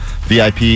VIP